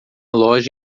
loja